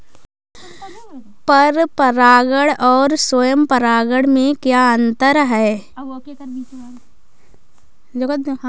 पर परागण और स्वयं परागण में क्या अंतर है?